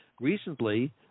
recently